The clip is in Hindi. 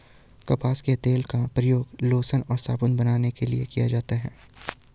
कपास के तेल का प्रयोग लोशन और साबुन बनाने में किया जाता है